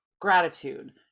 gratitude